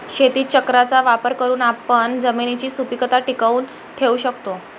शेतीचक्राचा वापर करून आपण जमिनीची सुपीकता टिकवून ठेवू शकतो